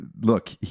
look